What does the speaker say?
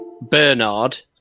Bernard